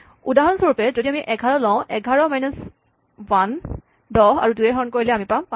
উদাহৰণস্বৰূপে যদি আমি ১১ লওঁ ১১ মাইনাছ ১ ১০ আৰু দুয়ে হৰণ কৰি আমি পাম ৫